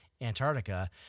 Antarctica